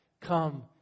come